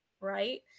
right